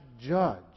judge